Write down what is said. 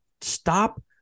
stop